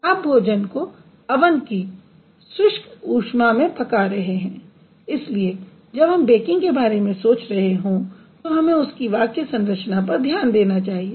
आप भोजन को अवन की शुष्क ऊष्मा में पका रहे हैं इसलिये जब हम BAKING के बारे में सोच रहे हों तो हमें उसकी वाक्य संरचना पर ध्यान देना चाहिये